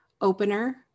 opener